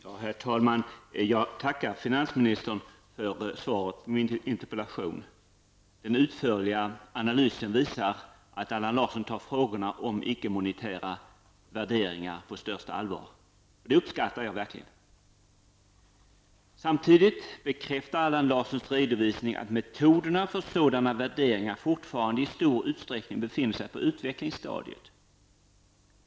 Herr talman! Jag tackar finansministern för svaret på min interpellation. Den utförliga analysen visar att Allan Larsson tar frågorna om icke-monetära värderingar på största allvar, och det uppskattar jag verkligen. Samtidigt bekräftar Allan Larssons redovisning att metoderna för sådana värderingar fortfarande i stor utsträckning befinner sig på utvecklingsstadiet.